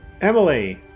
Emily